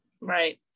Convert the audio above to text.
right